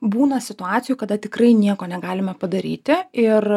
būna situacijų kada tikrai nieko negalima padaryti ir